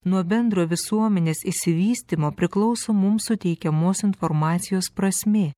nuo bendro visuomenės išsivystymo priklauso mums suteikiamos informacijos prasmė